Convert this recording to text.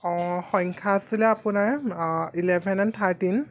অঁ সংখ্যা আছিলে আপোনাৰ ইলেভেন এণ্ড থাৰ্টিন